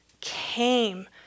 came